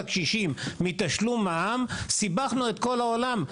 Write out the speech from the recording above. הקשישים מתשלום מע"מ סיבכנו את כל העולם.